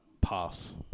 pass